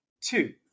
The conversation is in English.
two